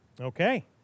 Okay